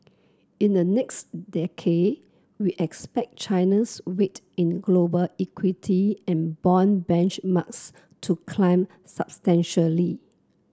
in the next decade we expect China's weight in global equity and bond benchmarks to climb substantially